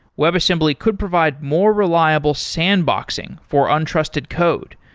webassembly could provide more reliable sandboxing for un-trusted code.